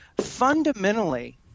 fundamentally